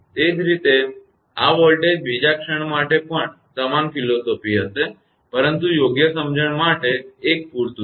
એ જ રીતે આ વોલ્ટેજ બીજા ક્ષણ માટે પણ તે સમાન ફિલસૂફી હશે પરંતુ યોગ્ય સમજણ માટે એક પૂરતું છે